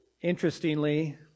Interestingly